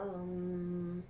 um